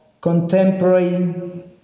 contemporary